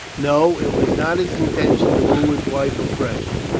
no, it was not his intention to woo his wife afresh,